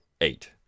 eight